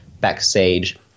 backstage